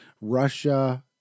Russia